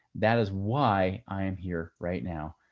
that is why i am here right now.